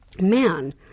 man